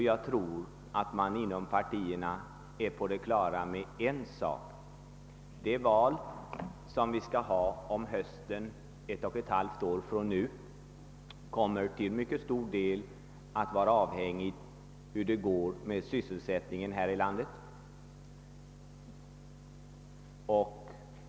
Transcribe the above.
Jag tror att man är på det klara med en sak: resultatet av det val som vi skall ha om ett och ett halvt år kommer till stor del att vara avhängigt av sysselsättningen här i landet.